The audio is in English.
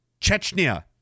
Chechnya